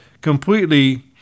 completely